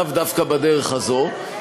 לאו דווקא בדרך הזאת.